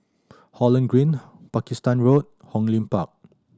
Holland Green Pakistan Road Hong Lim Park